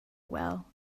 well